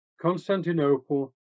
Constantinople